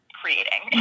creating